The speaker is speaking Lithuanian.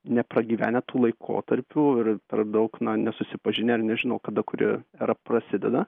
nepragyvenę tų laikotarpių ir per daug na nesusipažinę ir nežino kada kuri era prasideda